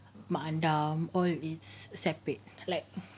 mak andam all this separate like